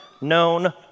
known